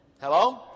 Hello